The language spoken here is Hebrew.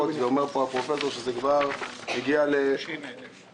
משפחות, ואומר פה הפרופסור שזה כבר הגיע ל- כמה?